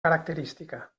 característica